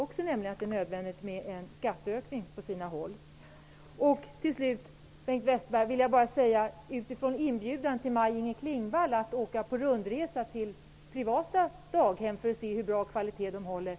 Också jag tror nämligen att det på sina håll är nödvändigt med en skatteökning. Klingvall att åka på rundresa till privata daghem för att se hur hög kvalitet de håller.